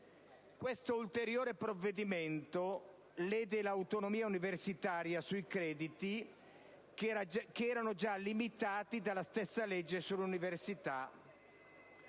Questo ulteriore provvedimento lede l'autonomia universitaria sui crediti, che erano già limitati dalla stessa legge sull'università.